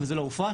וזה לא הופרש,